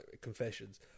Confessions